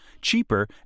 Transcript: cheaper